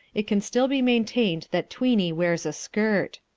it can still be maintained that tweeny wears a skirt.